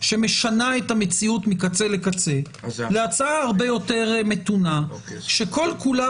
מאוד שמשנה את המציאות מקצה לקצה להצעה הרבה יותר מתונה שכל כולה